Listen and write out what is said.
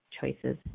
Choices